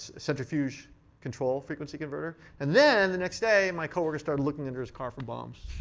centrifuge control frequency converter. and then the next day, my coworker started looking under his car for bombs.